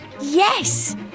Yes